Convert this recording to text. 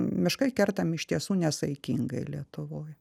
miškai kertami iš tiesų nesaikingai lietuvoj